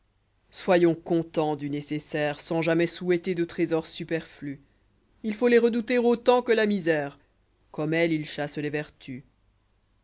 soyons contents du nécessaire sans jamais souhaiter de trésors superflus il faut les redouter autant que la misère comme elle ils chassent les vertus